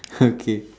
okay